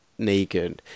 Negan